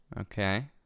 okay